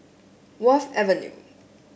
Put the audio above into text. Wharf Avenue